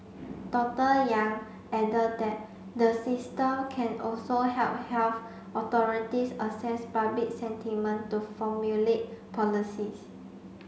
Doctor Yang added that the system can also help health authorities assess public sentiment to formulate policies